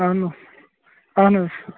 اَہَن حظ اَہَن حظ